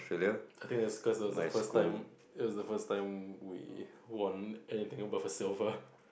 I think it's cause it was the first time it's the first time we won anything above a silver